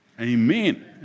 amen